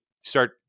start